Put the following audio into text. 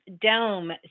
Dome